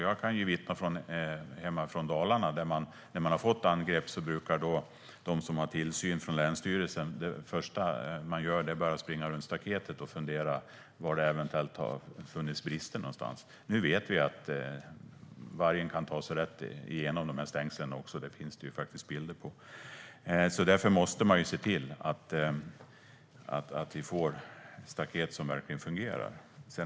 Jag kan vittna om att när de som bor i Dalarna har utsatts för angrepp brukar de som utövar tillsyn från länsstyrelsen titta på staketet och fundera över var eventuella brister har funnits. Nu vet vi att vargen kan ta sig igenom stängslen - det finns det faktiskt bilder på. Därför måste det finnas staket som fungerar.